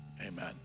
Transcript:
amen